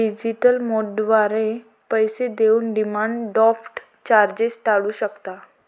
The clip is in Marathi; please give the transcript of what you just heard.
डिजिटल मोडद्वारे पैसे देऊन डिमांड ड्राफ्ट चार्जेस टाळू शकता